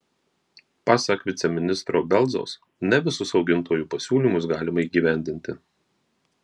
pasak viceministro belzaus ne visus augintojų pasiūlymus galima įgyvendinti